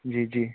जी जी